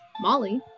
Molly